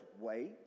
wait